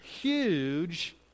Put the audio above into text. huge